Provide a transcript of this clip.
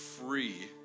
free